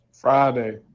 Friday